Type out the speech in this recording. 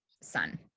son